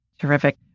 terrific